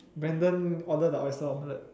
Brandon order the oyster omelette